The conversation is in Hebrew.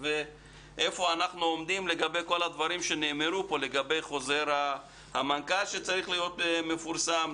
ואיפה אנחנו עומדים בכל הדברים שנאמרו פה: חוזר מנכ"ל שצריך להיות מפורסם,